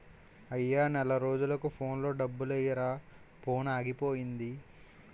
అయ్యా నెల రోజులకు ఫోన్లో డబ్బులెయ్యిరా ఫోనాగిపోయింది